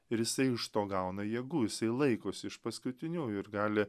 ir jisai iš to gauna jėgų jisai laikos iš paskutiniųjų ir gali